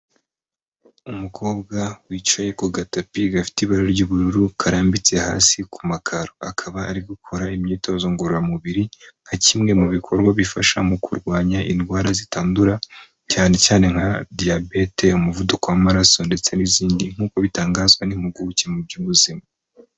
Umukobwa wicaye ku gatapi gafite ibara ry'ubururu karambitse hasi ku makaro, akaba ari gukora imyitozo ngororamubiri nka kimwe mu bikorwa bifasha mu kurwanya indwara zitandura, cyane cyane nka diyabete, umuvuduko w'amaraso ndetse n'izindi, nk'uko bitangazwa n'impuguke mu by'ubuzima.